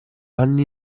anni